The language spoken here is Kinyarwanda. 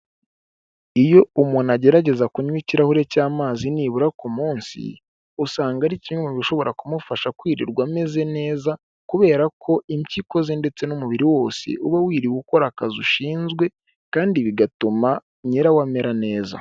Iyo umuntu agerageza kunywa ikirahure cy'amazi nibura ku munsi, usanga ari kimwe mu bishobora kumufasha kwirirwa ameze neza kubera ko impyiko ze ndetse n'umubiri wose uba wiriwe ukora akazi ushinzwe kandi bigatuma nyirawo amera neza.